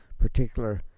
particular